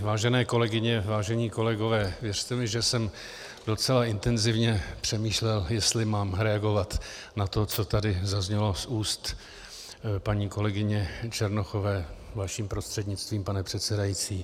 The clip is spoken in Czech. Vážené kolegyně, vážení kolegové, věřte mi, že jsem docela intenzivně přemýšlel, jestli mám reagovat na to, co tady zaznělo z úst paní kolegyně Černochové, vaším prostřednictvím, pane předsedající.